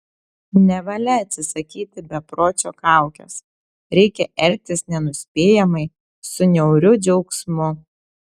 nevalia atsisakyti bepročio kaukės reikia elgtis nenuspėjamai su niauriu džiaugsmu